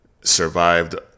survived